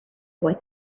boy